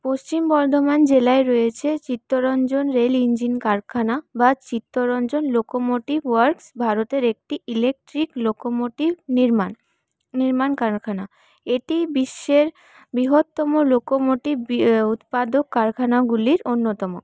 পশ্চিম বর্ধমান জেলায় রয়েছে চিত্তরঞ্জন রেলইঞ্জিন কারখানা বা চিত্তরঞ্জন লোকোমোটিভ ওয়ার্কস ভারতের একটি ইলেকট্রিক লোকোমোটিভ নির্মাণ নির্মাণ কারখানা এটি বিশ্বের বৃহত্তম লোকোমোটিভ উৎপাদক কারখানাগুলির অন্যতম